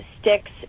sticks